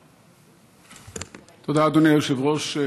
תודה, אדוני היושב-ראש.